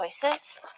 choices